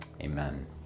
Amen